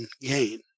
gain